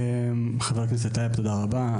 חבר הכנסת טייב, תודה רבה.